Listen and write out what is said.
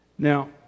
Now